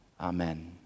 Amen